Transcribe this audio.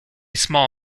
small